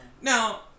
Now